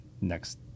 next